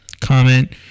comment